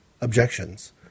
Objections